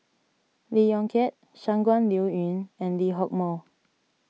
Lee Yong Kiat Shangguan Liuyun and Lee Hock Moh